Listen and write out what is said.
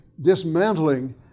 dismantling